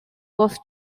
was